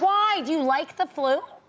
why? do you like the flu?